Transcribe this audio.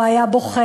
הוא היה בוכה,